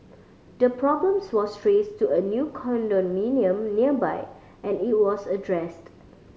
the problems was trace to a new condominium nearby and it was addressed